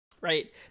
right